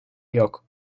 yok